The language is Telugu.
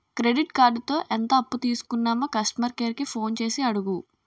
క్రెడిట్ కార్డుతో ఎంత అప్పు తీసుకున్నామో కస్టమర్ కేర్ కి ఫోన్ చేసి అడుగు